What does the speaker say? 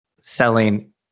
selling